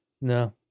no